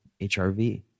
HRV